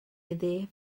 iddi